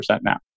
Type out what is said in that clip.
now